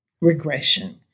regression